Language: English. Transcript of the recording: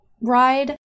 ride